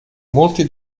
molti